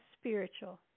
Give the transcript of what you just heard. spiritual